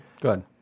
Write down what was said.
good